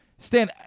Stan